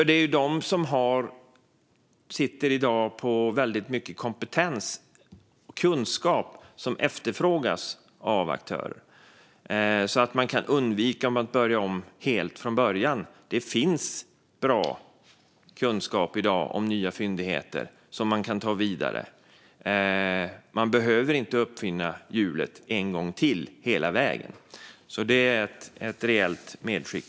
De som i dag sitter på mycket kompetens och kunskap efterfrågas nämligen av aktörer, så att man kan undvika att börja om helt från början. Det finns i dag bra kunskap om nya fyndigheter som man kan ta vidare. Man behöver inte uppfinna hjulet hela vägen en gång till. Även det är ett reellt medskick.